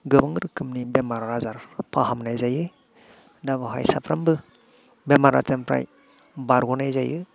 गोबां रोखोमनि बेराम आजारफोरखौ फाहामनाय जायो दा बेहाय साफ्रोमबो बेराम आजारनिफ्राय बारग'नाय जायो